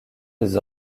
des